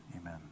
Amen